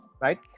right